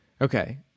Okay